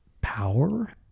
power